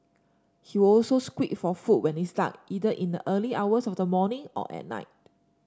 he would also squeak for food when it's dark either in the early hours of the morning or at night